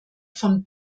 von